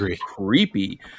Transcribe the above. creepy